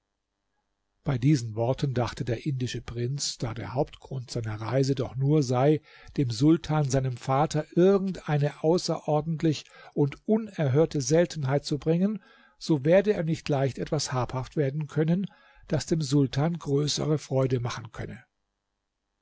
bei diesen worten dachte der indische prinz da der hauptgrund seiner reise doch nur sei dem sultan seinem vater irgend eine außerordentliche und unerhörte seltenheit zu bringen so werde er nicht leicht etwas habhaft werden können das dem sultan größere freude machen könne